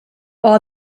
all